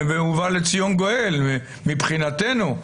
והובא לציון גואל, מבחינתנו,